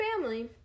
family